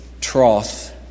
troth